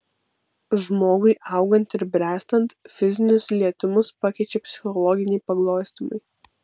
žmogui augant ir bręstant fizinius lietimus pakeičia psichologiniai paglostymai